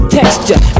texture